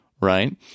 right